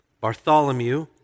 Bartholomew